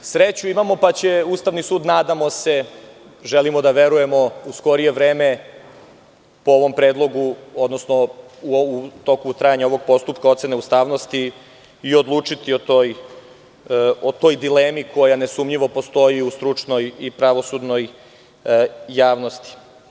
Sreću imamo pa će Ustavni sud, nadamo se, želimo da verujemo, u skorije vreme po ovom predlogu, odnosno u toku trajanja ovog postupka ocene ustavnosti, i odlučiti o toj dilemi koja nesumnjivo postoji u stručnoj i pravosudnoj javnosti.